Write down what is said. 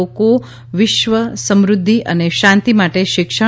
લોકો વિશ્વ સમૃઘ્યિ અને શાંતિ માટે શિક્ષણ